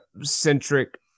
centric